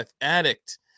addict